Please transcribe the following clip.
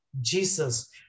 Jesus